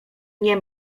nie